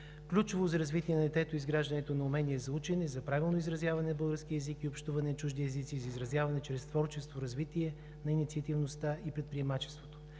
Ключово за развитие на детето е изграждането на умения за учене, за правилно изразяване на български език, за общуване на чужди езици, за изразяване чрез творчество, за развитие на инициативността и предприемачеството,